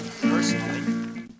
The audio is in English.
personally